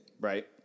Right